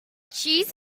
cheese